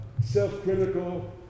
self-critical